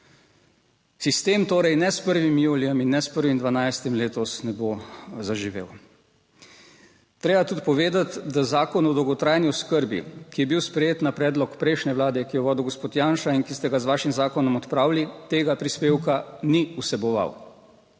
Sistem torej ne s 1. julijem in ne s 1. 12 letos ne bo zaživel. Treba je tudi povedati, da Zakon o dolgotrajni oskrbi, ki je bil sprejet na predlog prejšnje Vlade, ki jo je vodil gospod Janša in ki ste ga z vašim zakonom odpravili tega prispevka ni vseboval.